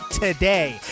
today